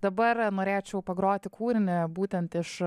dabar norėčiau pagroti kūrinį būtent iš